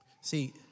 See